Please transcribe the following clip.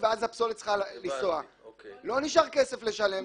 כשאתה בודק מה התכולה שלהן,